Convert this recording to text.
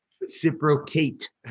Reciprocate